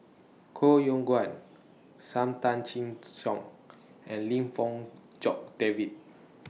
Koh Yong Guan SAM Tan Chin Siong and Lim Fong Jock David